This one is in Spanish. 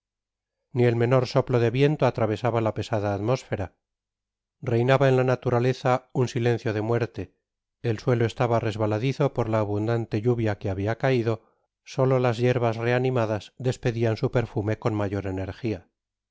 ni el menor soplo de viento atravesaba la pesada atmósfera reinaba en la naturaleza un silencio de muerte el suelo estaba resbaladizo por la abundante lluvia que habia caido solo las yerbas reanimadas despedian su perfume con mayor energia